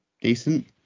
decent